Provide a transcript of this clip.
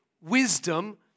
wisdom